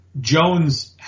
Jones